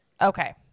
Okay